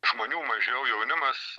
žmonių mažiau jaunimas